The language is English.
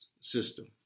system